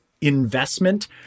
investment